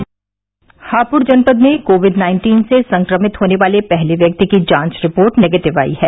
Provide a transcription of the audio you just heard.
हापुड़ जनपद में COVID nineteen से संक्रमित होने वाले पहले व्यक्ति की जांच रिपोर्ट निगेटिव आयी है